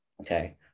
Okay